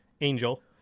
angel